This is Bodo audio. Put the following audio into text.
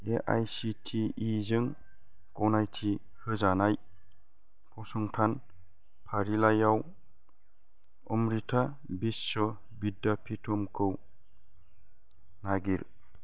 A I C T E जों गनायथि होजानाय फसंथान फारिलाइआव अमृता विश्व विद्यापिटमखौ नागिर